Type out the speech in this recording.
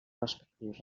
respectius